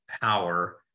power